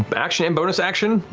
but action and bonus action,